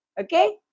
okay